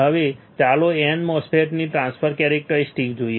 હવે ચાલો n channel MOSFET ની ટ્રાન્સફર કેરેક્ટરીસ્ટિક્સ જોઈએ